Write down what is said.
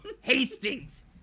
Hastings